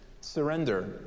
surrender